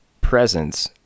presence